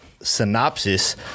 synopsis